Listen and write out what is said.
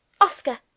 Oscar